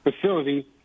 facility